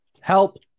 help